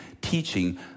teaching